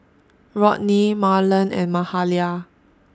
Rodney Marland and Mahalia